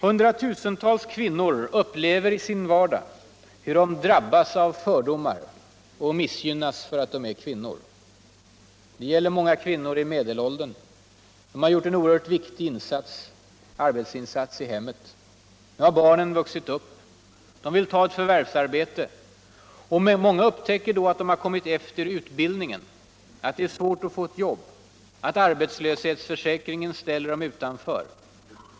Hundratusentals kvinnor upplever i sin vardag hur de drabbas av fördomar och missgynnas därför att de är kvinnor. Det gäller många kvinnor i medelåldern. De har gjort en ocrhört viktig arbetsinsats i hemmet. Nu har barnen vuxit upp. De vill ta ett förvärvsarbete. Många upptäcker då att de har kommit efter i utbildningen, alt det är svårt att få ett jobb, att arbetslöshetsförsäkringen ställer dem utanför.